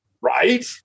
Right